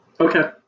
Okay